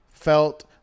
Felt